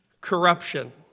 corruption